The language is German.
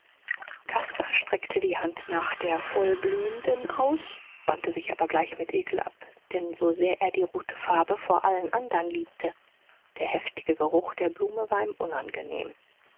caspar streckte die hand nach der vollblühenden aus wandte sich aber gleich mit ekel ab denn so sehr er die rote farbe vor allen andern liebte der heftige geruch der blume war ihm unangenehm